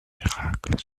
miracles